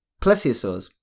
plesiosaurs